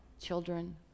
children